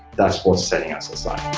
that's what's setting us aside.